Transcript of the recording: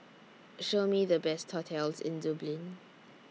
Show Me The Best hotels in Dublin